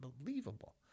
unbelievable